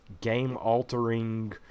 game-altering